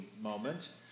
moment